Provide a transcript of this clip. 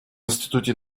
институте